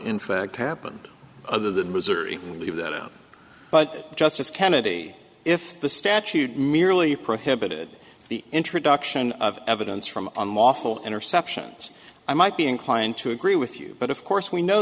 in fact happened other than misery and leave that out but justice kennedy if the statute merely prohibited the introduction of evidence from unlawful interceptions i might be inclined to agree with you but of course we know